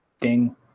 ding